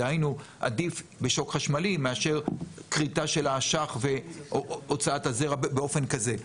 דהיינו עדיף בשוק חשמלי מאשר כריתה של האשך והוצאת הזרע באופן כזה.